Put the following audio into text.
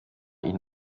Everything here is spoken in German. ihnen